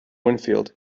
winfield